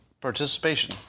participation